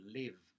live